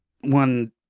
one